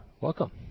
Welcome